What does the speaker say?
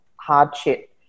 hardship